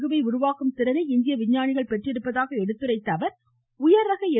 குவை உருவாக்கும் திறனை இந்திய விஞ்ஞானிகள் பெற்றிருப்பதாக எடுத்துரைத்த அவர் எனவே உயர்ரக எ